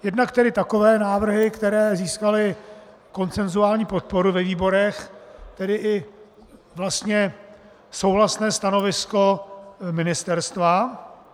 Jednak takové návrhy, které získaly konsensuální podporu ve výborech, tedy i vlastně souhlasné stanovisko ministerstva.